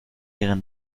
ihre